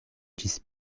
ĝis